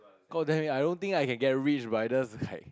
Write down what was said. god damn it I don't think I can get rich by just like